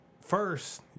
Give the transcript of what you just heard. First